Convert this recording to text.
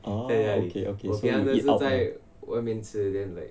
orh okay okay so you eat out lah